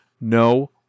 no